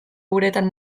uretan